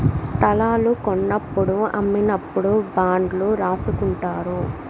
స్తలాలు కొన్నప్పుడు అమ్మినప్పుడు బాండ్లు రాసుకుంటారు